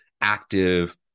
active